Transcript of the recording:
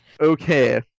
Okay